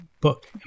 book